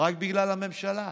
רק בגלל הממשלה.